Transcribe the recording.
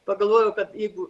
pagalvojau kad jeigu